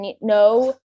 no